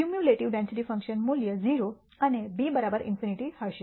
cumulative density function મૂલ્ય 0 અને b ∞ હશે